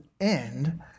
end